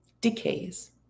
decays